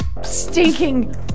stinking